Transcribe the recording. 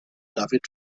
david